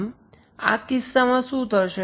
આમ આ કિસ્સામાં શું થશે